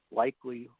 likely